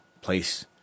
place